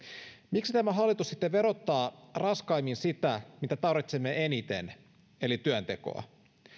miksi tämä hallitus sitten verottaa raskaimmin sitä mitä tarvitsemme eniten eli työntekoa